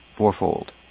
fourfold